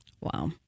Wow